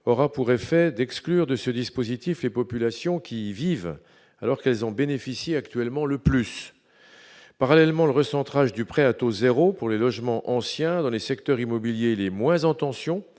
aura pour effet d'exclure de ce dispositif, les populations qui vivent alors qu'elles ont bénéficié, actuellement le plus parallèlement le recentrage du prêt à taux 0 pour les logements anciens dans les secteurs immobilier l'est moins en tension,